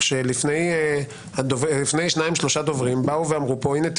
כשלפני שניים-שלושה דוברים באו ואמרו פה: הינה,